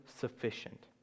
sufficient